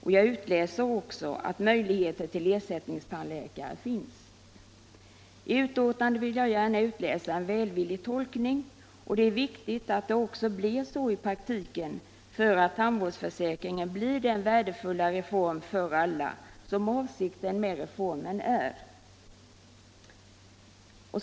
Jag utläser också av detta att möjligheter till ersättningstandläkare finns. I betänkandet vill jag gärna finna en välvillig inställning till denna sak, och det är också viktigt att tandvårdsförsäkringen i praktiken blir den värdefulla reform för alla som avsikten med den är.